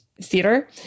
theater